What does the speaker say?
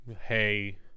Hey